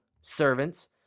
servants